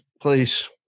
Please